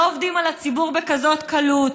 לא עובדים על הציבור בכזאת קלות.